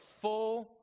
full